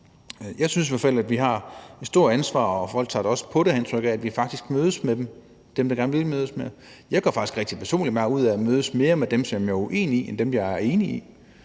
Jeg synes i hvert fald, vi har et stort ansvar – og folk tager det da også på sig, har jeg indtryk af – for, at vi faktisk mødes med dem, der gerne vil mødes med os. Jeg gør faktisk personligt rigtig meget ud af at mødes mere med dem, som jeg er uenig med, end dem, som jeg er enig